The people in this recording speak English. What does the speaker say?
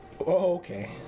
Okay